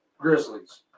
Grizzlies